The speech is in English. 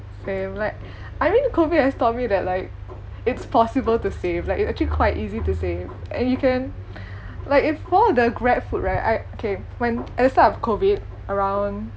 like I mean COVID has taught me that like it's possible to save like it actually quite easy to save and you can like if all the grabfood right I K when at the start of COVID around